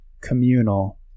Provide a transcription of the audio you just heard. communal